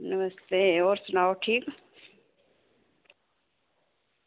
नमस्ते होर सनाओ ठीक